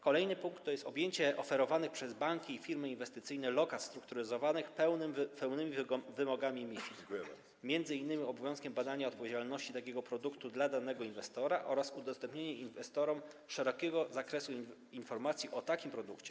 Kolejny punkt to objęcie oferowanych przez banki i firmy inwestycyjne lokat strukturyzowanych pełnymi wymogami MiFID, m.in. obowiązkiem badania odpowiedzialności takiego produktu dla danego inwestora oraz udostępniania inwestorom szerokiego zakresu informacji o takim produkcie.